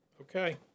Okay